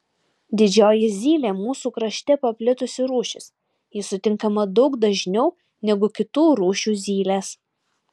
didžioji zylė mūsų krašte paplitusi rūšis ji sutinkama daug dažniau negu kitų rūšių zylės